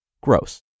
gross